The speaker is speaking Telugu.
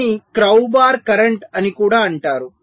దీనిని క్రౌబార్ కరెంట్ అని కూడా అంటారు